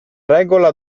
regola